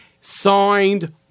signed